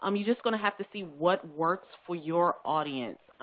um you're just going to have to see what works for your audience.